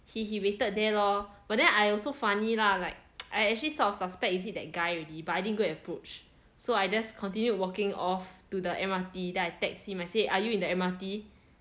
he he waited there lor but then I also funny lah like I actually sort of suspect is it that guy already but I didn't go and approach so I just continued walking off to the M_R_T then I text him I say are you in the M_R_T